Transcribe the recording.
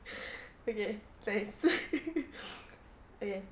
okay thanks okay